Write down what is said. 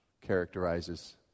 characterizes